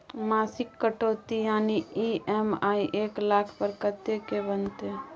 मासिक कटौती यानी ई.एम.आई एक लाख पर कत्ते के बनते?